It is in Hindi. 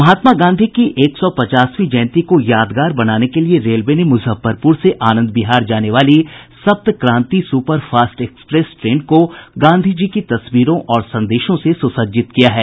महात्मा गांधी की एक सौ पचासवीं जयंती को यादगार बनाने के लिये रेलवे ने मुजफ्फरपुर से आनंद विहार जाने वाली सप्तक्रांति सुपरफास्ट एक्सप्रेस ट्रेन को गांधी जी की तस्वीरों और संदेशों से सुसज्जित किया है